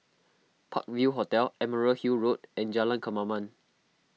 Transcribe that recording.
Park View Hotel Emerald Hill Road and Jalan Kemaman